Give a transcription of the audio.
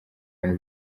bintu